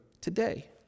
today